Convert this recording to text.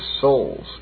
souls